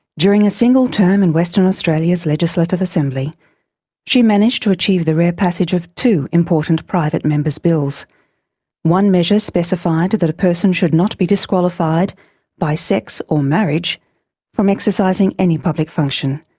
during a single term in western australia's legislative assembly she managed to achieve the rare passage of two important private members' bills one measure specified that a person should not be disqualified by sex or marriage from exercising any public function,